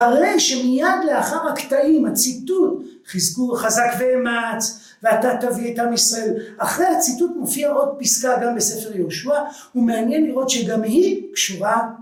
הרי שמיד לאחר הקטעים הציטוט חיזקו וחזק ואמץ, ואתה תביא את עם ישראל, אחרי הציטוט מופיע עוד פסקה גם בספר יהושוע ומעניין לראות שגם היא קשורה